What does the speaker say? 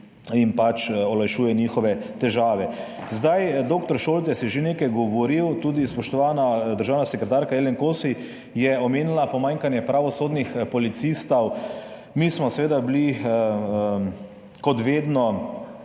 pač olajšuje težave. Dr. Šoltes je že nekaj govoril, tudi spoštovana državna sekretarka Jelen Kosi je omenila pomanjkanje pravosodnih policistov. Mi smo seveda bili kot vedno,